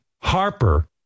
Harper